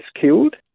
killed